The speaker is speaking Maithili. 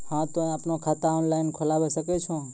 हाँ तोय आपनो खाता ऑनलाइन खोलावे सकै छौ?